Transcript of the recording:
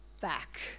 back